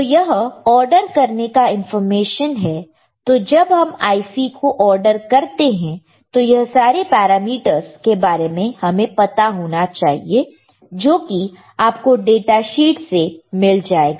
तो यह ऑर्डर करने का इंफॉर्मेशन है तो जब हम IC को ऑर्डर करते हैं तो यह सारे पैरामीटरस के बारे में हमें पता होना चाहिए जोकि आपको डाटा शीट से मिल जाएगा